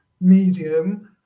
medium